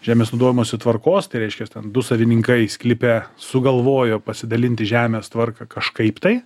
žemės naudojimosi tvarkos tai reiškias ten du savininkai sklype sugalvojo pasidalinti žemės tvarką kažkaip tai